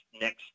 next